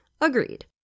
agreed